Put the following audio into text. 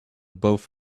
both